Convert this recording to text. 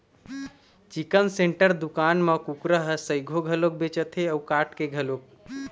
chicken centre दुकान म कुकरा ह सइघो घलोक बेचाथे अउ काट के घलोक